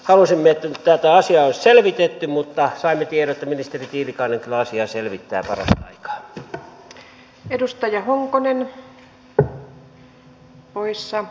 halusimme että tätä asiaa olisi selvitetty mutta saimme tiedon että ministeri tiilikainen kyllä asiaa selvittää parasta aikaa